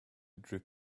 drip